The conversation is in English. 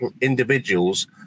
individuals